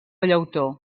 llautó